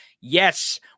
Yes